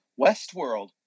Westworld